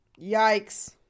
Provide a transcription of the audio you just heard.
Yikes